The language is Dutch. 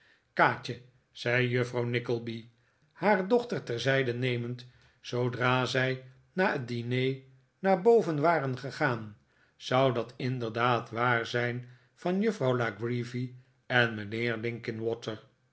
kaatje zei juffrouw nickleby haar dochter terzijde nemend zoodra zij na het diner naar boven waren gegaan zou dat inderdaad waar zijn van juffrouw la creevy en mijnheer linkinwater